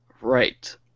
Right